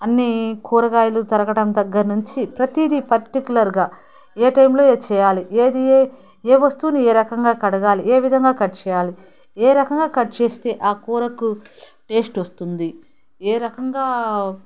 అన్నీ కూరగాయలు తరగడం దగ్గర నుంచి ప్రతిదీ పర్టిక్యులర్గా ఏ టైంలో ఏది చేయాలి ఏది ఏ ఏ వస్తువుని ఏ రకంగా కడగాలి ఏ విధంగా కట్ చేయాలి ఏ రకంగా కట్ చేస్తే ఆ కూరకు టేస్ట్ వస్తుంది ఏ రకంగా